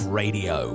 radio